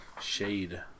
Shade